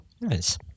nice